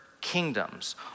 kingdoms